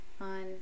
on